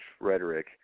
rhetoric